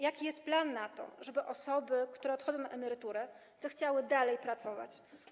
Jaki jest plan, żeby osoby, które odchodzą na emeryturę, zechciały dalej pracować?